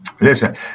Listen